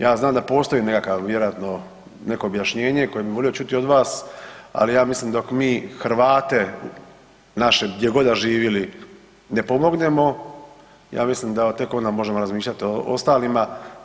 Ja znam da postoji nekakav vjerojatno neko objašnjenje koje bih volio čuti od vas, ali ja mislim dok mi Hrvate naše gdje god da živjeli ne pomognemo ja mislim da tek onda možemo razmišljati o ostalima.